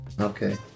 okay